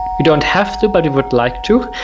you don't have to, but it would like to.